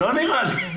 לא נראה לי.